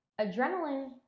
Adrenaline